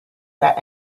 that